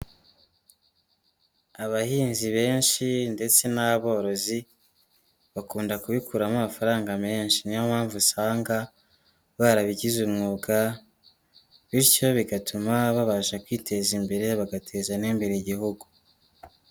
Abahinzi benshi ndetse n'aborozi, bakunda kubikuramo amafaranga menshi. Niyo mpamvu usanga barabigize umwuga bityo bigatuma babasha kwiteza imbere, bagateza n'imbere igihugu.